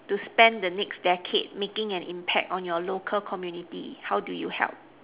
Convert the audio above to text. to spend the next decade making an impact on your local community how do you help